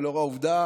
ולנוכח העובדה